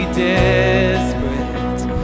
desperate